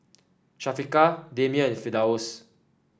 Syafiqah Damia and Firdaus